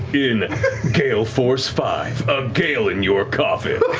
in gale force five, a gale in your coffin,